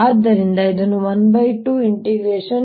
ಆದ್ದರಿಂದ ಇದನ್ನು 12j